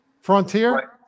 frontier